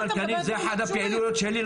אני מוזמן כי אחת הפעילויות שלי,